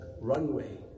runway